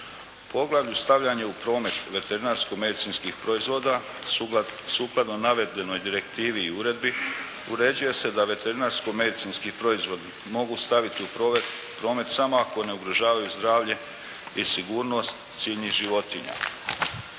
Poglavlju – Stavljanje u promet veterinarsko-medicinskih proizvoda sukladno navedenoj direktivi i uredbi uređuje se da veterinarsko-medicinski proizvodi mogu staviti u promet samo ako ne ugrožavaju zdravlje i sigurnost ciljnih životinja.